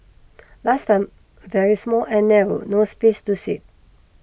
last time very small and narrow no space to sit